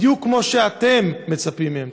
בדיוק כמו שאתם מצפים מהם.